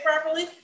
properly